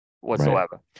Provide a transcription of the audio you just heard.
whatsoever